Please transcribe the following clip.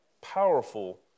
powerful